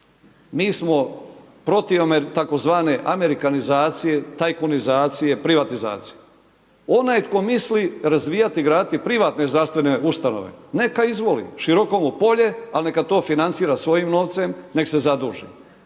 mi smo protiv tzv. amerikanizacije, tajkunizacije, privatizacije. Onaj tko misli razvijati, graditi privatne zdravstvene ustanove neka izvoli, široko mu polje, ali neka to financira svojim novcem, nek se zaduži.